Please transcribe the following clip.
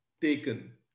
taken